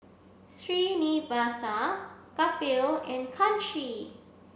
Srinivasa Kapil and Kanshi